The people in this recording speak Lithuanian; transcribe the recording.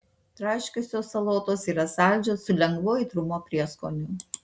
traškiosios salotos yra saldžios su lengvu aitrumo prieskoniu